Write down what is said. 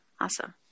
awesome